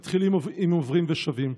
מתחילים עם עוברים ושבים.